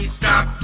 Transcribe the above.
stop